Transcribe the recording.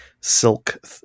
silk